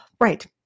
Right